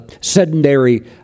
sedentary